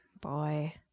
Boy